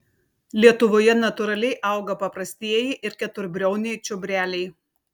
lietuvoje natūraliai auga paprastieji ir keturbriauniai čiobreliai